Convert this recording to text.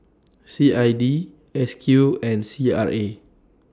C I D S Q and C R A